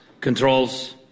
controls